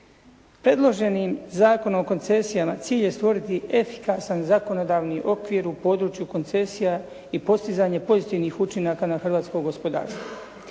Predloženim Zakonom o koncesijama cilj je stvoriti efikasan zakonodavni okvir u području koncesija i postizanje pozitivnih učinaka na hrvatsko gospodarstvo.